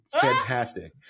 fantastic